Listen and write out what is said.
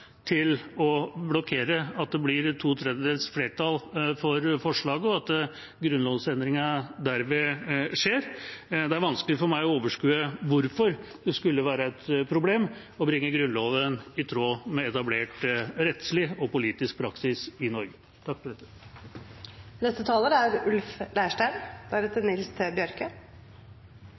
til å blokkere for at det blir to tredjedels flertall for forslaget, og at grunnlovsendringen derved skjer. Det er vanskelig for meg å overskue hvorfor det skulle være et problem å bringe Grunnloven i tråd med etablert rettslig og politisk praksis i Norge.